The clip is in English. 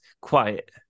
quiet